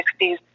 1960s